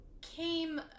came